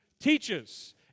teaches